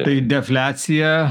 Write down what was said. tai defliacija